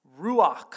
Ruach